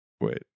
Wait